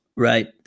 Right